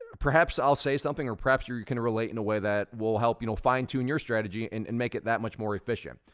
perhaps i'll say something, or perhaps you can relate in a way that will help you know, fine tune your strategy, and and make it that much more efficient.